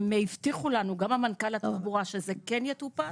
הם הבטיחו לנו, גם המנכ"ל שזה כן יטופל.